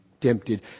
tempted